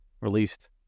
released